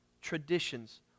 traditions